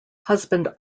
husband